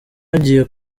agiye